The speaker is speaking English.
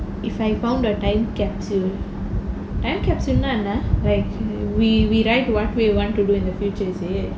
if I found a time capsule time capsule என்னா என்ன:ennaa enna like we we write what we want to do in the future is it